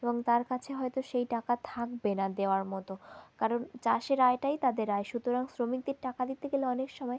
এবং তার কাছে হয়তো সেই টাকা থাকবে না দেওয়ার মতো কারণ চাষের আয়টাই তাদের আয় সুতরাং শ্রমিকদের টাকা দিতে গেলে অনেক সময়